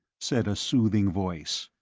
said a soothing voice.